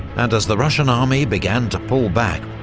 and as the russian army began to pull back,